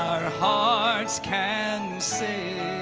hearts can say